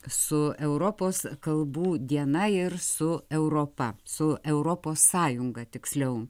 su europos kalbų diena ir su europa su europos sąjunga tiksliau